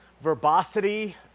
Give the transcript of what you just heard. verbosity